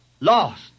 lost